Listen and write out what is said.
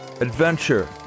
Adventure